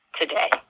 today